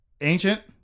Ancient